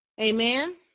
Amen